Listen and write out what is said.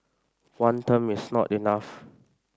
one term is not enough